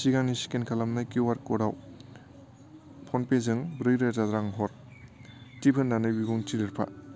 सिगांनि स्केन खालामखानाय किउआर ख'डाव फ'नपेजों ब्रैरोजा रां बारा हर टिप होन्नानै बिबुंथि लिरफा